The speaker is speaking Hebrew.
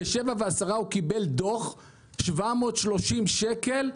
בשעה 7:10 הוא קיבל דוח על סך 730 שקל: